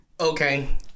okay